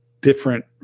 different